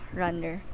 runner